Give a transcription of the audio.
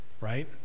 right